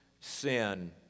sin